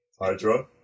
Hydra